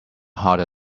harder